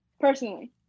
personally